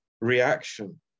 reaction